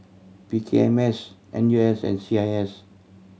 P K M S N U S and C I S